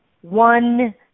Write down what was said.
one